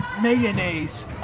Mayonnaise